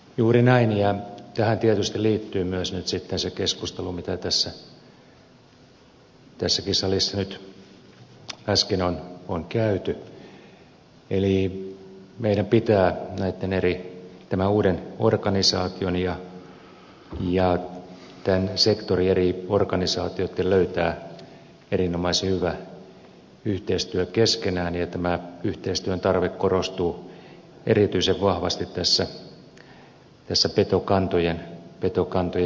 juuri näin ja tähän tietysti liittyy myös nyt sitten se keskustelu mitä tässäkin salissa nyt äsken on käyty eli tämän uuden organisaation ja tämän sektorin eri organisaatioitten pitää löytää erinomaisen hyvä yhteistyö keskenään ja tämä yhteistyön tarve korostuu erityisen vahvasti tässä petokantojen määrittelyssä